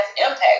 impact